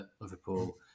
Liverpool